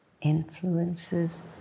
influences